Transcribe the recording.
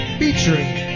featuring